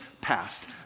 past